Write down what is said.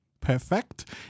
Perfect